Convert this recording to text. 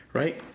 right